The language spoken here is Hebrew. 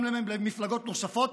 גם למפלגות נוספות,